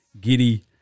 Giddy